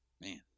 Man